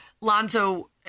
Lonzo